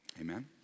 Amen